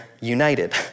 united